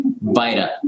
Vita